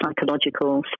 psychological